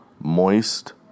moist